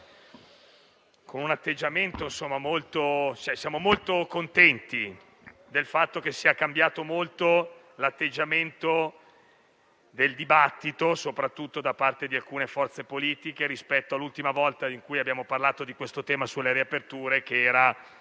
siamo molto contenti del fatto che sia cambiato molto l'atteggiamento nel dibattito, soprattutto da parte di alcune forze politiche, rispetto all'ultima volta in cui abbiamo parlato del tema delle riaperture, in